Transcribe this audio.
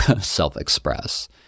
self-express